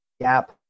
gap